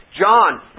John